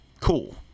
Cool